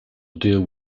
deal